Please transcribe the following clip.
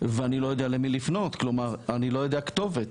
ואני לא יודע למי לפנות, אני לא יודע כתובת.